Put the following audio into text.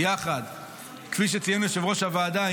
כפי שציין יושב-ראש הוועדה,